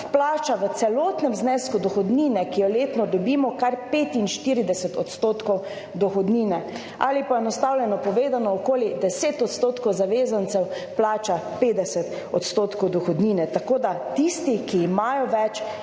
vplača v celotnem znesku dohodnine, ki jo letno dobimo, kar 45 % dohodnine ali poenostavljeno povedano, okoli 10 % zavezancev plača 50 % dohodnine. Tako, da tisti, ki imajo več,